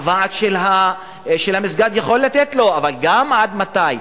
הוועד של המסגד יכול לתת לו, אבל גם, עד מתי?